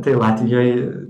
tai latvijoj